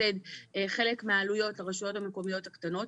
לסבסד חלק מהעלויות לרשויות המקומיות הקטנות.